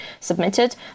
submitted